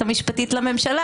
היועצת המשפטית לממשלה